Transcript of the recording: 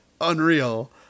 unreal